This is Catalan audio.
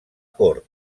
cort